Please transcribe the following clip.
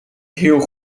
heel